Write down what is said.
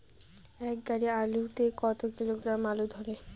এক গাড়ি আলু তে কত কিলোগ্রাম আলু ধরে?